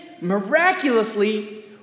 miraculously